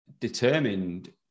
determined